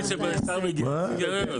תמיד כששר מגיע יש סוכריות.